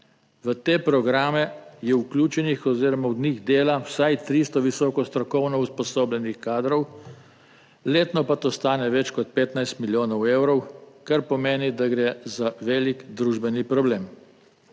V te programe je vključenih oziroma od njih dela vsaj 300 visoko strokovno usposobljenih kadrov, letno pa to stane več kot 15 milijonov evrov, kar pomeni, da gre za velik družbeni problem.